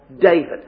David